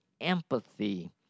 empathy